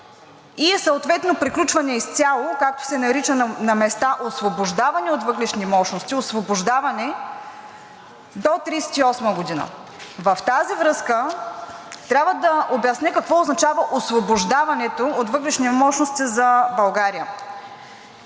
и съответно приключване изцяло, както се нарича на места, освобождаване от въглищни мощности до 2038 г. В тази връзка трябва да обясня какво означава освобождаването от въглищни мощности за България.